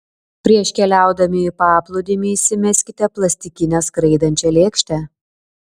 prieš keliaudami į paplūdimį įsimeskite plastikinę skraidančią lėkštę